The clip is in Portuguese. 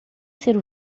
ser